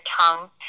tongue